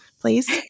please